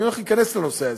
אני הולך להיכנס לנושא הזה,